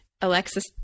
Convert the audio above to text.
alexis